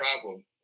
problem